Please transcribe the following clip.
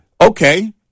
Okay